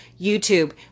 YouTube